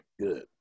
Good